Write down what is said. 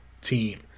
team